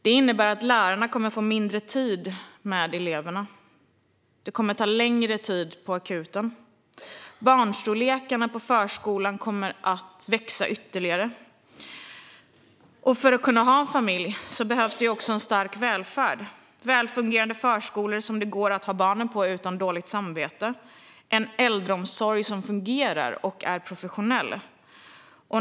Det innebär att lärarna kommer att få mindre tid med eleverna, att det kommer att ta längre tid på akuten och att storleken på barngrupperna på förskolan kommer att växa ytterligare. För att kunna ha familj krävs en stark välfärd med välfungerande förskolor som det går att ha barnen på utan dåligt samvete och en äldreomsorg som fungerar och är professionell.